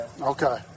Okay